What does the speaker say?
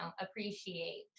appreciate